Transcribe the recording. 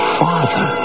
father